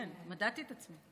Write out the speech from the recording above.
כן, מדדתי את עצמי.